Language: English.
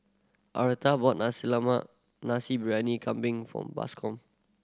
Arletta bought nasi landmark Nasi Briyani Kambing for Bascom